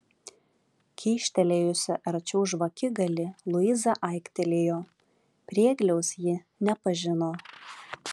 kyštelėjusi arčiau žvakigalį luiza aiktelėjo priegliaus ji nepažino